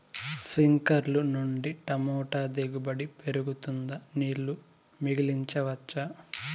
స్ప్రింక్లర్లు నుండి టమోటా దిగుబడి పెరుగుతుందా? నీళ్లు మిగిలించవచ్చా?